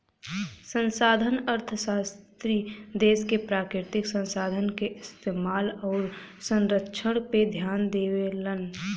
संसाधन अर्थशास्त्री देश क प्राकृतिक संसाधन क इस्तेमाल आउर संरक्षण पे ध्यान देवलन